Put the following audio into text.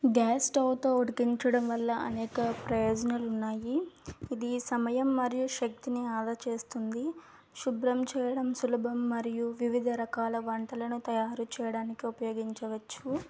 gas స్టవ్వుతో ఉడికించడంవల్ల అనేక ప్రయోజనాలు ఉన్నాయి ఇది సమయం మరియు శక్తిని ఆదా చేస్తుంది శుభ్రం చేయడం సులభం మరియు వివిధ రకాల వంటలను తయారుచేయడానికి ఉపయోగించవచ్చు